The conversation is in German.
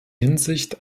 hinsicht